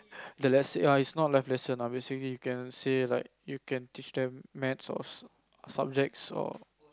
that lesson ya it's not life lessons lah basically you can say like you can teach them maths or subjects or